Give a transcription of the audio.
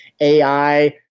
AI